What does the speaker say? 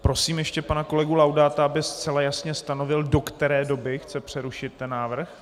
Prosím ještě pana kolegu Laudáta, aby zcela jasně stanovil, do které doby chce přerušit ten návrh.